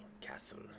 Castle